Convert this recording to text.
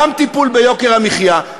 גם טיפול ביוקר המחיה,